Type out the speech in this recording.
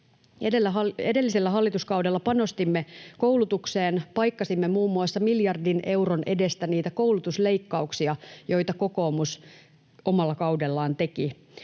Edellisellä hallituskaudella panostimme koulutukseen. Paikkasimme muun muassa miljardin euron edestä niitä koulutusleikkauksia, joita kokoomus omalla kaudellaan teki.